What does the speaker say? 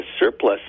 surplus